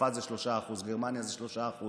בצרפת זה 3%; בגרמניה זה 3%